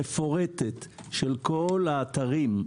מפורטת של כל האתרים,